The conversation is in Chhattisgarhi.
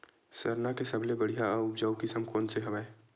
सरना के सबले बढ़िया आऊ उपजाऊ किसम कोन से हवय?